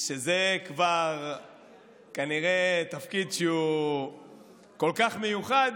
שזה כבר כנראה תפקיד שהוא כל כך מיוחד,